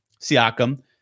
Siakam